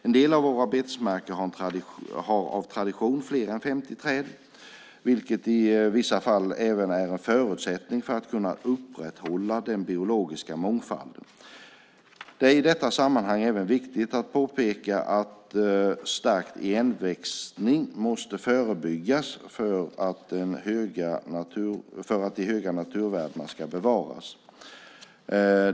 En del av våra betesmarker har av tradition fler än 50 träd, vilket i vissa fall även är en förutsättning för att kunna upprätthålla den biologiska mångfalden. Det är i detta sammanhang även viktigt att påpeka att stark igenväxning måste förebyggas för att de höga naturvärdena ska bevaras.